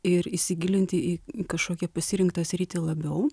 ir įsigilinti į kažkokį pasirinktą sritį labiau